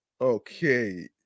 Okay